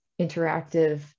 interactive